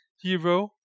hero